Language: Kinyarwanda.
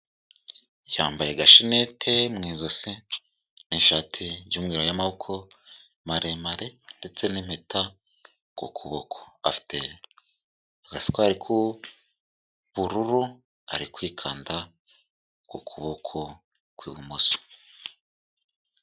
Yambaye agashinete mu ijosi, n'ishati y'umweru yamaboko maremare ndetse n'impeta ku kuboko. Afite agaswari k'ubururu, ari kwikanda ku kuboko kw'ibumoso.